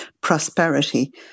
prosperity